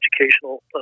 educational